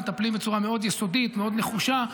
מטפלים בצורה מאוד יסודית, מאוד נחושה,